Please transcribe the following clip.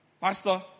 Pastor